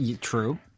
True